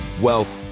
wealth